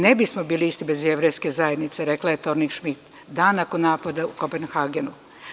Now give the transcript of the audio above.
Ne bismo bili isti bez jevrejske zajednice, rekla je Torni Šmit, dan nakon napada u Kopenhagenu.